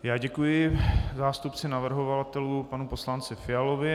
Já děkuji zástupci navrhovatelů, panu poslanci Fialovi.